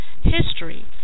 history